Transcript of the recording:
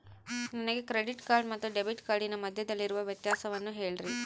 ನನಗೆ credit card ಮತ್ತು debit ಕಾರ್ಡಿನ ಮಧ್ಯದಲ್ಲಿರುವ ವ್ಯತ್ಯಾಸವನ್ನು ಹೇಳ್ರಿ?